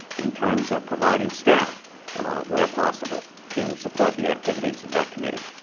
in terms of providing staff where possible to support the activities of that committee.